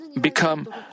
become